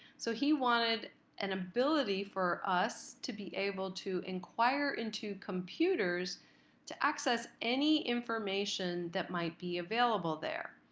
so he wanted an ability for us to be able to inquire into computers to access any information that might be available there.